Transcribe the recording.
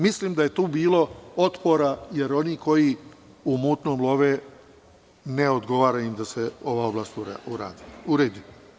Mislim, da je tu bilo otpora, jer oni koji u mutnom love, ne odgovara im da se ova oblast uredi.